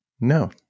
No